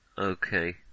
Okay